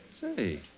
Say